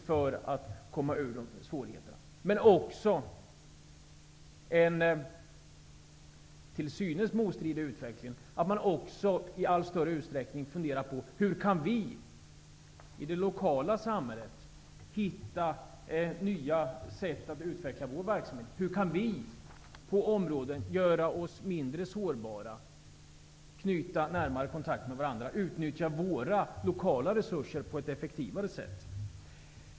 Den andra utvecklingen, som är till synes motstridig, är att man i allt större utsträckning funderar över hur man i det lokala samhället kan finna nya sätt att utveckla verksamheten på och hur man skall göra för att bli mindre sårbar. Vidare frågar man sig hur man skall knyta närmare kontakt med varandra och utnyttja sina lokala resurser på ett effektivare sätt.